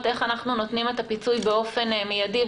איך אנחנו נותנים את הפיצוי באופן מידי.